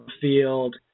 field